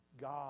God